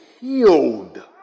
healed